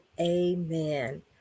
amen